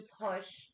push